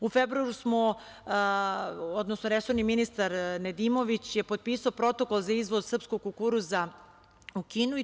U februaru smo, odnosno resorni ministar Nedimović je potpisao Protokol za izvoz srpskog kukuruza u Kinu.